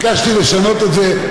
ביקשתי לשנות את זה.